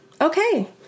okay